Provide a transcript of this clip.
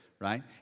right